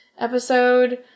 episode